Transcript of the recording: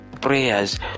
prayers